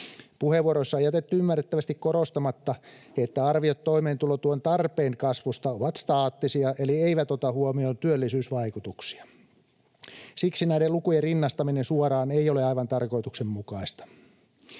Puheenvuoroissa on jätetty ymmärrettävästi korostamatta, että arviot toimeentulotuen tarpeen kasvusta ovat staattisia eli eivät ota huomioon työllisyysvaikutuksia. Siksi näiden lukujen rinnastaminen suoraan ei ole aivan tarkoituksenmukaista.